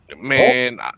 Man